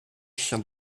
chien